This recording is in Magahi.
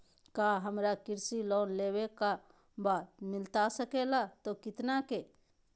क्या हमारा कृषि लोन लेवे का बा मिलता सके ला तो कितना के?